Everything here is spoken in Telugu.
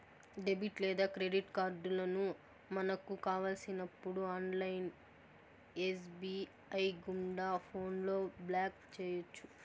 డెబిట్ లేదా క్రెడిట్ కార్డులను మనకు కావలసినప్పుడు ఆన్లైన్ ఎస్.బి.ఐ గుండా ఫోన్లో బ్లాక్ చేయొచ్చు